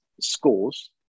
scores